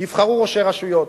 נבחרו ראשי רשויות.